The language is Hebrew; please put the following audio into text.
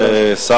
אדוני היושב-ראש.